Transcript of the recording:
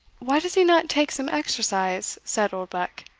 why does he not take some exercise? said oldbuck.